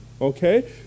Okay